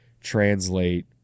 translate